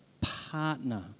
partner